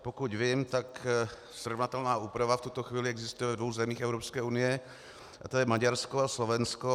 Pokud vím, tak srovnatelná úprava v tuto chvíli existuje ve dvou zemích Evropské unie, je to Maďarsko a Slovensko.